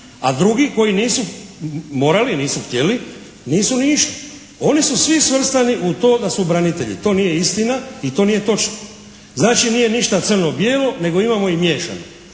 a drugi koji nisu morali, nisu htjeli nisu ni išli. Oni su svi svrstani u to da su branitelji. To nije istina i to nije točno. Znači nije ništa crno-bijelo, neto imamo i miješano,